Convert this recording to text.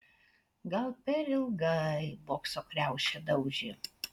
gal per ilgai bokso kriaušę daužė